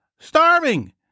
Starving